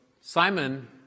Simon